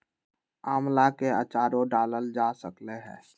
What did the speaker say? आम्ला के आचारो डालल जा सकलई ह